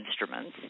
instruments